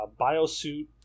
Biosuit